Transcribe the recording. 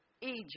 Egypt